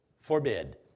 forbid